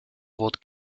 wort